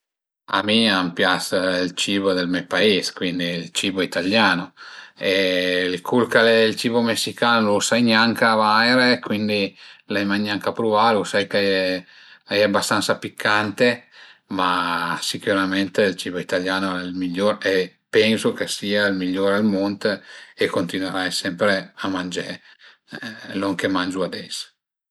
A mi a m'pias ël cibo dë me pais, cuindi ël cibo italiano e cul ch'al e ël cibo messicano lu sai gnanca vaire, cuindi l'ai mai gnanca pruvalu, sai ch'a ie a ie bastansa piccante, ma sicürament ël cibo italiano al e ël migliur e pensu ch'a sia ël migliur al mund e continuerai sempre a mangé lon che mangiu ades